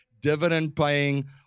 dividend-paying